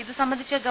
ഇതു സംബന്ധിച്ച് ഗവ